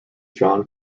john